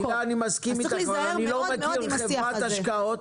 צריך להיזהר מאוד עם השיח הזה.